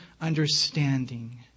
understanding